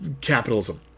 capitalism